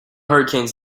hurricanes